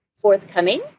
forthcoming